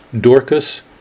Dorcas